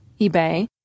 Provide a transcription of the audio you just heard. eBay